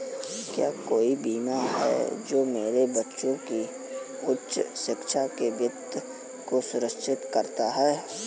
क्या कोई बीमा है जो मेरे बच्चों की उच्च शिक्षा के वित्त को सुरक्षित करता है?